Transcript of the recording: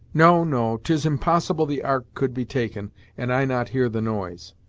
no no tis impossible the ark could be taken and i not hear the noise.